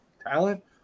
talent